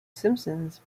simpsons